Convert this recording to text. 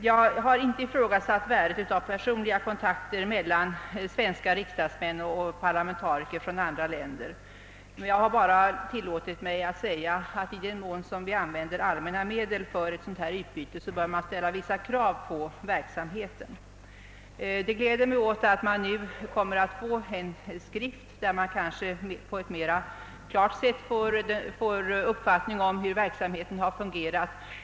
Jag har inte ifrågasatt värdet av personliga kontakter mellan svenska riksdagsmän och parlamentariker från andra länder, utan endast tillåtit mig säga att i den mån allmänna medel tas i anspråk för ett sådant här utbyte bör man kunna ställa vissa krav på verksamheten. Jag gläder mig åt att det nu kommer att ges ut en skrift som gör att man kanske kan få en mera klar uppfattning om hur denna verksamhet har fungerat.